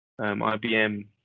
IBM